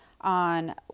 on